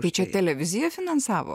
tai čia televizija finansavo